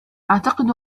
أعتقد